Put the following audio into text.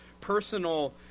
personal